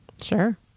Sure